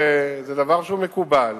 זה דבר שהוא מקובל.